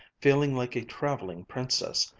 feeling like a traveling princess,